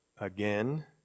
again